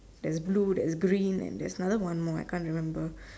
there is blue there is green and there is another one more I can't remember